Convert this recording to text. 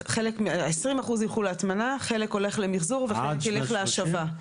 20% ילכו להטמנה, חלק ילך למחזור וחלק להשבה.